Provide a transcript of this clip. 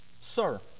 sir